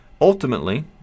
Ultimately